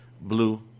blue